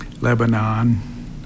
Lebanon